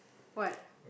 what